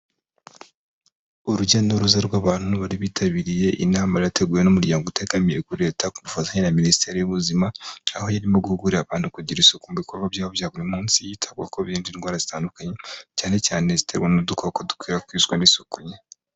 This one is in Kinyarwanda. Urujya n'uruza rw'abantu bari bitabiriye inama yari yateguwe n'umuryango utegamiye kuri Leta ku bufatanye na Minisiteri y'ubuzima, aho yari irimo guhugurira abantu kugira isuku mu bikorwa byabo bya buri munsi, hitabwa ko birinda indwara zitandukanye, cyane cyane ziterwa n'udukoko dukwirakwizwa n'isuku nke.